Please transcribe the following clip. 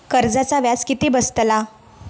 कर्जाचा व्याज किती बसतला?